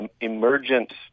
emergent